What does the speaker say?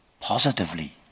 positively